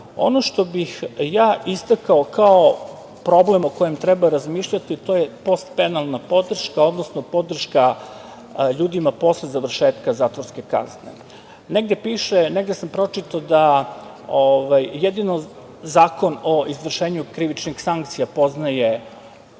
što bih istakao kao problem o kome treba razmišljati, to je pospenalna podrška, odnosno podrška ljudima posle završetka zatvorske kazne. Negde sam pročitao da jedino Zakon o izvršenju krivičnih sankcija poznaje